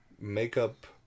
Makeup